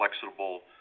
flexible